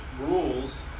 rules